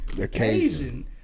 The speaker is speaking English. occasion